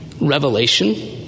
Revelation